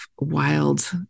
wild